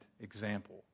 example